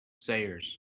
sayers